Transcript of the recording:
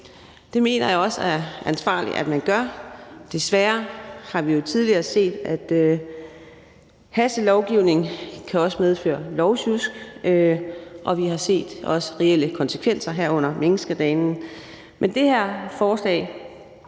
Det mener jeg også er det ansvarlige at gøre. Desværre har vi jo tidligere set, at hastelovgivning også kan medføre lovsjusk, og vi har også set reelle konsekvenser, herunder minkskandalen.